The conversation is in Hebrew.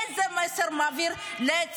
איזה מסר זה מעביר לצעירים?